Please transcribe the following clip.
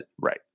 right